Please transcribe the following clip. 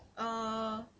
err